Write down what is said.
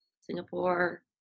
Singapore